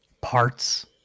parts